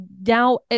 now